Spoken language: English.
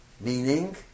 meaning